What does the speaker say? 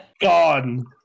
Gone